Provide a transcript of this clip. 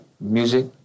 music